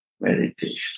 meditation